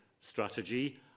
strategy